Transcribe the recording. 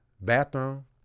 Bathroom